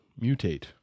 Mutate